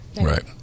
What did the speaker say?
Right